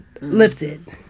lifted